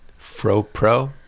FroPro